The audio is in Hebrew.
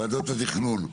ועדות התכנון,